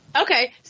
Okay